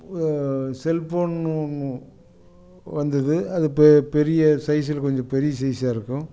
cellphone ஒன்று வந்துது அது பெ பெரிய சைஸில் கொஞ்சம் பெரிய சைஸ்ஸாகருக்கும்